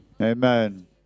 Amen